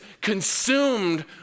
consumed